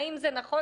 האם זה נכון?